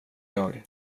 jag